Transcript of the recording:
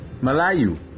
Malayu